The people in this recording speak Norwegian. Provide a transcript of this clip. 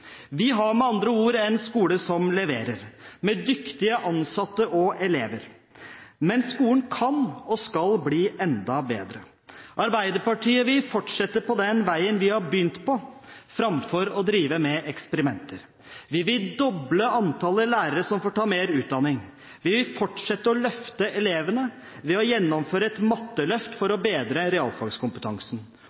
Vi har med andre ord en skole som leverer, med dyktige ansatte og elever. Men skolen kan og skal bli enda bedre. Arbeiderpartiet vil fortsette på den veien vi har begynt, framfor å drive med eksperimenter. Vi vil doble antallet lærere som får ta mer utdanning. Vi vil fortsette å løfte elevene ved å gjennomføre et matteløft for å bedre realfagskompetansen,